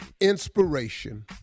inspiration